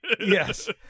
Yes